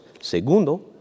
Segundo